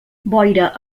boira